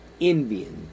envy